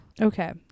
Okay